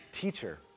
Teacher